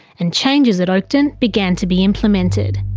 and changes at oakden began to be implemented.